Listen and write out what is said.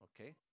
Okay